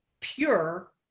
pure